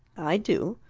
i do.